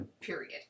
period